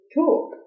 talk